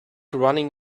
running